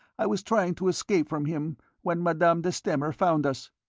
i was trying to escape from him when madame de stamer found us.